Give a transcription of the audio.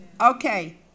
Okay